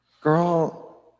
girl